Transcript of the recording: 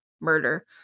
murder